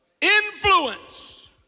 Influence